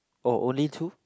oh only two